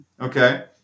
Okay